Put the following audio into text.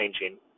changing